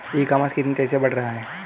ई commerce कितनी तेजी से बढ़ रहा है?